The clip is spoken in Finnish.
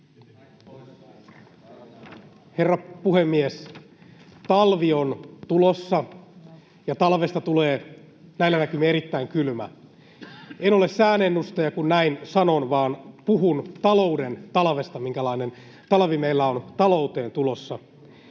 Herra puhemies! Talvi on tulossa, ja talvesta tulee näillä näkymin erittäin kylmä. En ole sääennustaja, kun näin sanon, vaan puhun talouden talvesta — siitä, minkälainen talvi meillä on talouteen tulossa.